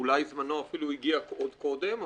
או אולי זמנו אפילו הגיע עוד קודם,